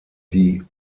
die